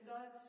God